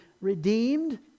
redeemed